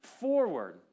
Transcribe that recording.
forward